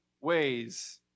ways